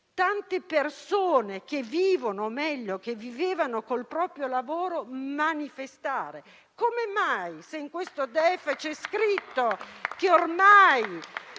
tante persone che vivono - o, meglio, che vivevano - del proprio lavoro manifestare nelle piazze? Come mai, se in questo DEF è scritto che ormai